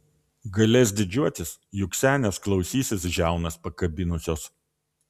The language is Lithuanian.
galės didžiuotis juk senės klausysis žiaunas pakabinusios